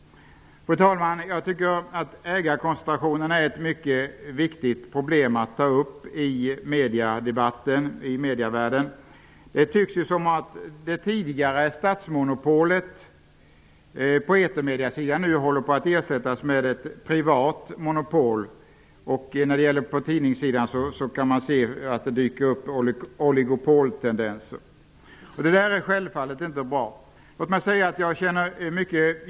Fru talman! Ägarkoncentrationen är ett mycket viktigt problem att ta upp i medievärlden. Det tycks som om det tidigare statsmonopolet på etermediesidan nu håller på att ersättas av ett privat monopol. Man kan på tidningssidan se att det dyker upp oligopoltendenser. Detta är självfallet inte bra.